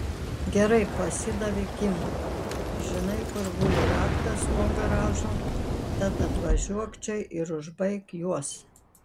gerai pasidavė kim žinai kur guli raktas nuo garažo tad atvažiuok čia ir užbaik juos